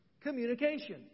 communication